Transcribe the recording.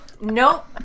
Nope